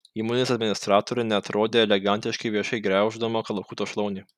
įmonės administratorė neatrodė elegantiškai viešai griauždama kalakuto šlaunį